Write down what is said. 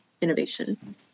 innovation